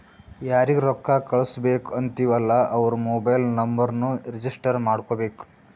ಯಾರಿಗ ರೊಕ್ಕಾ ಕಳ್ಸುಬೇಕ್ ಅಂತಿವ್ ಅಲ್ಲಾ ಅವ್ರ ಮೊಬೈಲ್ ನುಂಬರ್ನು ರಿಜಿಸ್ಟರ್ ಮಾಡ್ಕೋಬೇಕ್